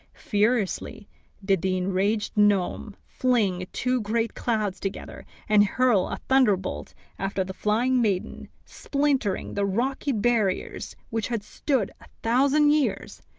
furiously did the enraged gnome fling two great clouds together, and hurl a thunderbolt after the flying maiden, splintering the rocky barriers which had stood a thousand years.